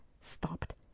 stopped